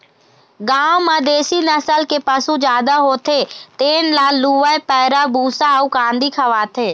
गाँव म देशी नसल के पशु जादा होथे तेन ल लूवय पैरा, भूसा अउ कांदी खवाथे